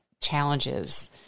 challenges